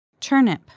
Turnip